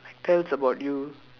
tells about you